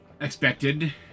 expected